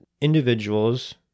individuals